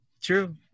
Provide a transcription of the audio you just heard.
True